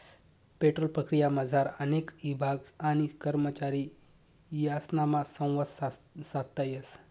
petrol प्रक्रियामझार अनेक ईभाग आणि करमचारी यासनामा संवाद साधता येस